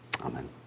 Amen